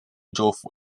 州府